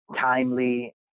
timely